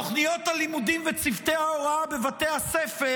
תוכניות הלימודים וצוותי ההוראה בבתי הספר